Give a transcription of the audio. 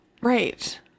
Right